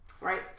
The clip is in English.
Right